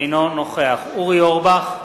אינו נוכח אורי אורבך,